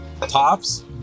tops